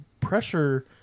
pressure